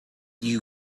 you